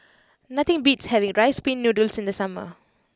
nothing beats having Rice Pin Noodles in the summer